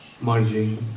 merging